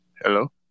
Hello